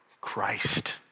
Christ